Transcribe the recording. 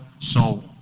soul